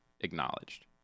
acknowledged